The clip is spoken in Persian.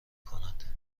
کند